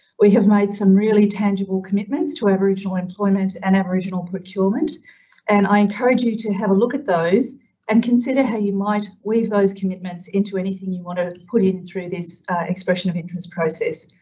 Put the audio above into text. we have made some really tangible commitments to aboriginal employment and aboriginal procurement and i encourage you to have a look at those and consider how you might weave those commitments into anything you want to put in through this expression of interest process.